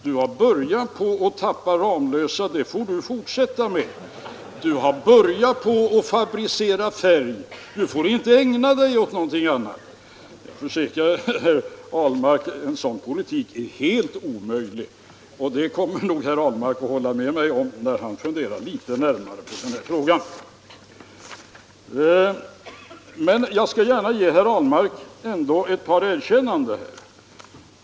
Du har börjat tappa Ramlösa och det får du fortsätta med, du har börjat fabricera färg så du får inte ägna dig åt någonting annat.” Jag försäkrar herr Ahlmark att en sådan politik är helt omöjlig och det kommer nog herr Ahlmark att hålla med mig om när han funderar litet närmare på den här frågan. Men jag skall ändå gärna ge herr Ahlmark ett par erkännanden.